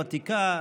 הוותיקה,